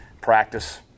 practice